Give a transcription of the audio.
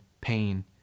pain